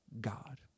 God